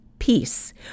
peace